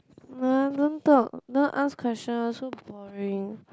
nah don't talk don't ask question one so boring